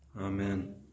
Amen